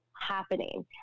happening